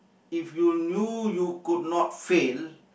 if you knew you could not fail